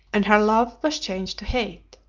and her love was changed to hate.